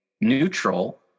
neutral